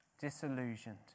disillusioned